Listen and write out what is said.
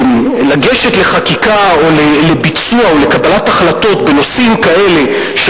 ולגשת לחקיקה או לביצוע או לקבלת החלטות בנושאים כאלה של